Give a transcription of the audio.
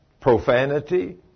profanity